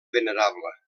venerable